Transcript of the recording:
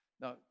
Now